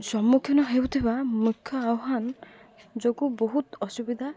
ସମ୍ମୁଖୀନ ହେଉଥିବା ମୁଖ୍ୟ ଆହ୍ୱାନ ଯୋଗୁଁ ବହୁତ ଅସୁବିଧା